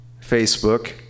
Facebook